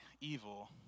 evil